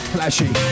Flashy